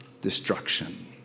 destruction